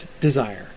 desire